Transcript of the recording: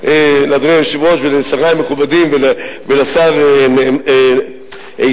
לאדוני היושב-ראש ולשרי המכובדים ולשר איתן,